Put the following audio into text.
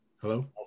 Hello